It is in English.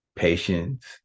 patience